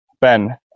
Ben